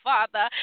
Father